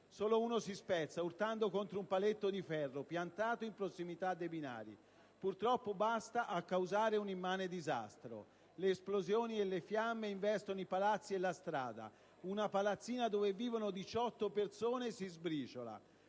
Solo uno si spezza, urtando contro un paletto di ferro piantato in prossimità dei binari: purtroppo basta a causare l'immane disastro. Le esplosioni e le fiamme investono i palazzi e la strada. Una palazzina, dove vivono 18 persone, si sbriciola.